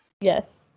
yes